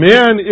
Man